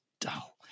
dull